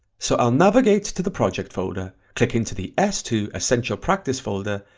so i'll navigate to the project folder click into the s two essential practice folder,